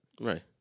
Right